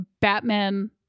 Batman